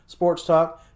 sportstalk